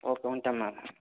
okay ఉంటాను madam